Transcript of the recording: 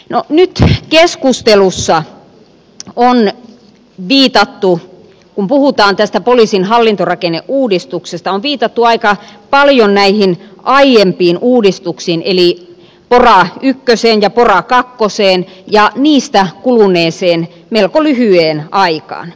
no nyt keskustelussa on viitattu kun puhutaan tästä poliisin hallintorakenneuudistuksesta aika paljon näihin aiempiin uudistuksiin eli pora ykköseen ja pora kakkoseen ja niistä kuluneeseen melko lyhyeen aikaan